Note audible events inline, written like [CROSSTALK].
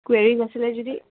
[UNINTELLIGIBLE] আছিলে যদি